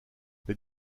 les